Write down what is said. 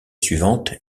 suivante